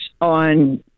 on